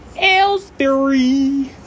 Aylesbury